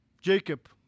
Jacob